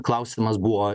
klausimas buvo